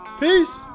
Peace